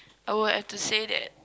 I will have to say that